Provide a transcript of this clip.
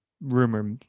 rumor